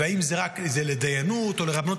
ואם זה לדיינות או לרבנות.